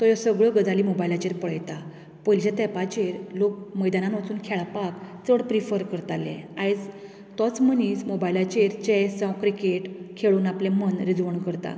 तो ह्यो सगल्यो गजाली मोबायलाचेर पळयता पयलीच्या तेपाचेर लोक मैदानान वचून खेळपाक चड प्रिफर करताले आयज तोच मनीस मोबायलाचेर चेस जावं क्रिकेट खेळून आपलें मन रिजवण करता